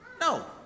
no